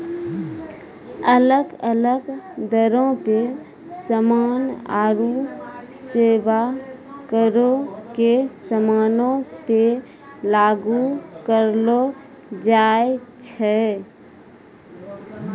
अलग अलग दरो पे समान आरु सेबा करो के समानो पे लागू करलो जाय छै